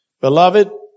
Beloved